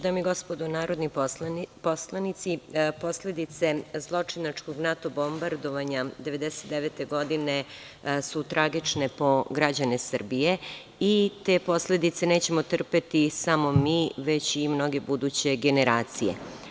Dame i gospodo narodni poslanici, posledice zločinačkog NATO bombardovanja 1999. godine su tragične po građane Srbije i te posledice nećemo trpeti samo mi već i mnoge buduće generacije.